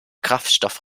kraftstoff